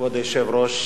כבוד היושב-ראש,